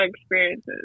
experiences